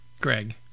greg